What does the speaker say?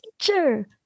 teacher